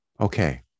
Okay